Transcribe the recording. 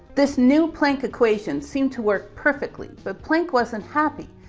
this new planck equation seemed to work perfectly but planck wasn't happy.